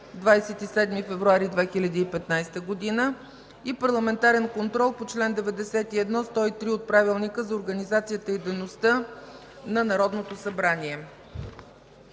27 февруари 2015 г. 11. Парламентарен контрол по чл. 91-103 от Правилника за организацията и дейността на Народното събрание.